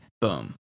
Boom